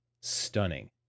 stunning